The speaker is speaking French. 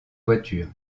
voiture